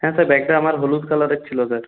হ্যাঁ স্যার ব্যাগটা আমার হলুদ কালারের ছিলো স্যার